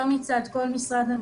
לא מצד כל משרד המשפטים.